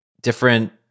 different